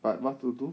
but what to do